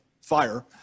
fire